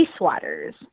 waters